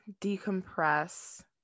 decompress